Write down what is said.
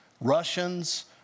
Russians